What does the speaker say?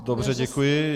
Dobře, děkuji.